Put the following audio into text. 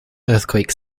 earthquake